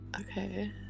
Okay